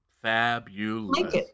fabulous